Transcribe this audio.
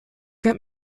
gab